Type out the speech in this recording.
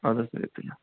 ادٕ حظ صحت تھٲینو